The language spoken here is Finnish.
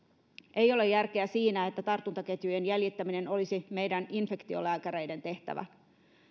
ei ole järkeä siinä että tartuntaketjujen jäljittäminen olisi meidän infektiolääkäreiden tehtävä